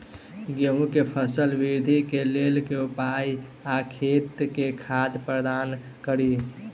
गेंहूँ केँ फसल वृद्धि केँ लेल केँ उपाय आ खेत मे खाद प्रदान कड़ी?